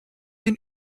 den